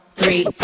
three